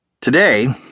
Today